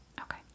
Okay